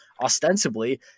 ostensibly